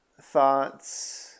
thoughts